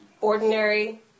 ordinary